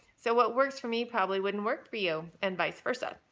so what works for me probably wouldn't work for you and vice-versa.